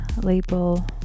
label